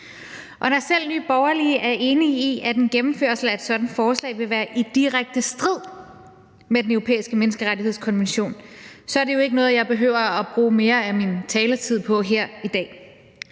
Da selv Nye Borgerlige er enige i, at en gennemførelse af et sådant forslag vil være i direkte strid med Den Europæiske Menneskerettighedskonvention, er det jo ikke er noget, jeg behøver at bruge mere af min taletid på her i dag.